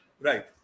right